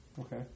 Okay